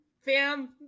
fam